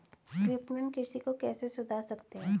विपणन कृषि को कैसे सुधार सकते हैं?